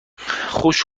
خوش